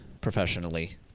professionally